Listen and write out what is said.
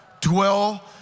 Dwell